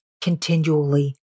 continually